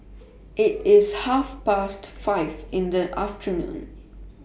IT IS Half Past five in The afternoon